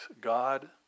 God